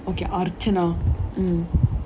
okay archana mm